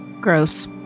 Gross